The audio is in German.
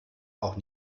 auch